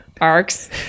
arcs